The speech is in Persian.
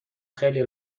خیلی